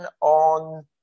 on